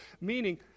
Meaning